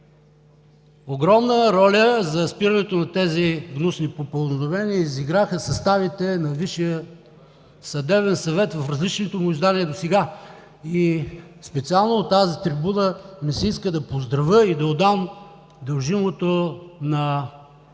Огромна роля за спирането на тези гнусни попълзновения изиграха съставите на Висшия съдебен съвет в различните му издания досега. Специално от тази трибуна ми се иска да поздравя и да отдам дължимото на